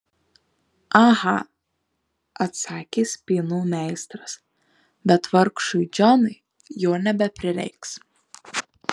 aha atsakė spynų meistras bet vargšui džonui jo nebeprireiks